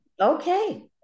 Okay